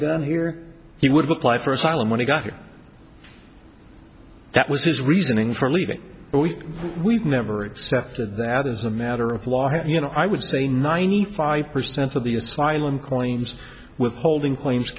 you hear he would apply for asylum when he got here that was his reasoning for leaving but we've we've never accepted that as a matter of law you know i would say ninety five percent of the asylum claims withholding